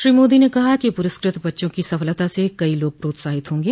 श्री मोदी ने कहा कि पुरस्कृत बच्चों की सफलता से कई लोग प्रोत्साहित होंगे